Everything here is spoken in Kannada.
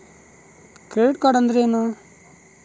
ಕ್ರೆಡಿಟ್ ಕಾರ್ಡ್ ಅಂದ್ರೇನು?